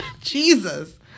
Jesus